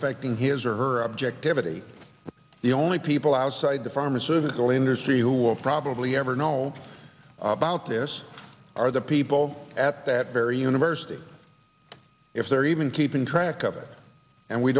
affecting his or her objectivity the only people outside the pharmaceutical industry who will probably ever know about this are the people at that very university if they're even keeping track of it and we